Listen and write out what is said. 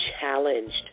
challenged